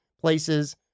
places